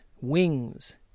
Wings